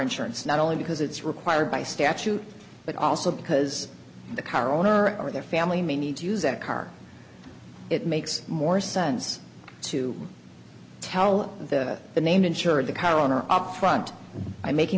insurance not only because it's required by statute but also because the car owner or their family may need to use that car it makes more sense to tell that the name insured the car owner up front i'm making